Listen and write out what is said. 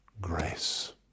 grace